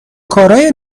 کارای